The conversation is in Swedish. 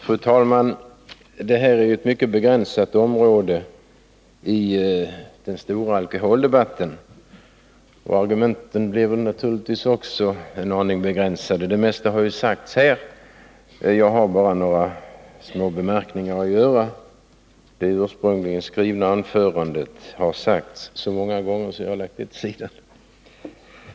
Fru talman! Vi rör oss nu inom ett mycket begränsat område av den stora alkoholdebatten, och argumenten blir naturligtvis också en aning begränsade. Det mesta har redan sagts, och jag har bara några små bemärkningar att göra. Synpunkterna i det ursprungligen skrivna anförandet har framförts så många gånger att jag lagt mitt manuskript åt sidan.